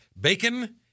bacon